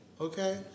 okay